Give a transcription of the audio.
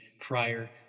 prior